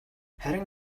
харин